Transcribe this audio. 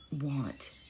want